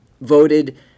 voted